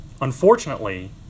Unfortunately